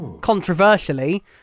controversially